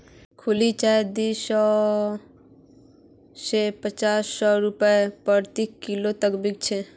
खुली चाय दी सौ स पाँच सौ रूपया प्रति किलो तक बिक छेक